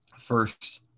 First